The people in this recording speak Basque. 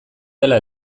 dela